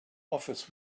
office